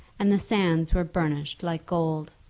and the sands were burnished like gold.